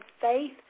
faith